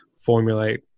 formulate